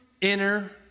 inner